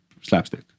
slapstick